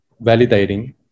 validating